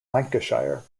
lancashire